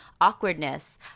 awkwardness